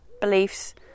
beliefs